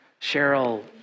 Cheryl